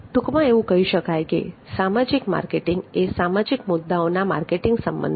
ટૂંકમાં એવું કહી શકાય કે સામાજિક માર્કેટિંગ એ સામાજિક મુદ્દાઓના માર્કેટિંગ સંબંધિત છે